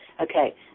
Okay